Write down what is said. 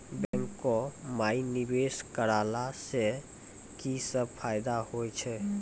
बैंको माई निवेश कराला से की सब फ़ायदा हो छै?